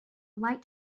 light